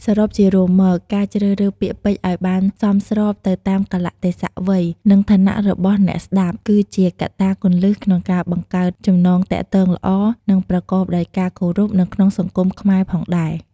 សរុបជារួមមក ការជ្រើសរើសពាក្យពេចន៍ឲ្យបានសមស្របទៅតាមកាលៈទេសៈ វ័យ និងឋានៈរបស់អ្នកស្តាប់ គឺជាកត្តាគន្លឹះក្នុងការបង្កើតចំណងទាក់ទងល្អ និងប្រកបដោយការគោរពនៅក្នុងសង្គមខ្មែរផងដែរ។